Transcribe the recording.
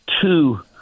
Two